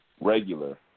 regular